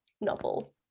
novel